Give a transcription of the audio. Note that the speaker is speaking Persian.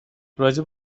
راجع